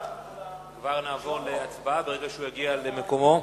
כבר נעבור להצבעה ברגע שהוא יגיע למקומו.